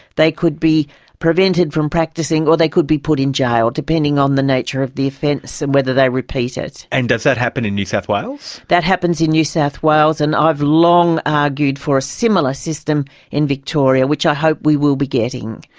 they could be prevented from practising or they could be put in jail, depending on the nature of the offence and whether they repeat it. and does that happen in new south wales? that happens in new south wales and i've long argued for a similar system in victoria, which i hope we will be getting.